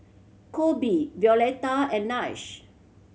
Coby Violeta and Nash